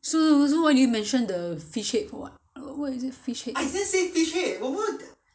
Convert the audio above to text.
s~ s~ so why you mention the fish head for what why is it fish head